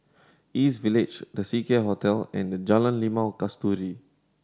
East Village The Seacare Hotel and Jalan Limau Kasturi